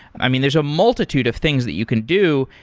i mean, there's a multitude of things that you can do,